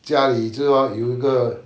家里有一个